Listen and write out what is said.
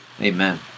Amen